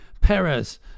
perez